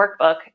workbook